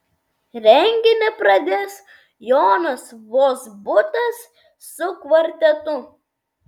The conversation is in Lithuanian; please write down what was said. renginį pradės jonas vozbutas su kvartetu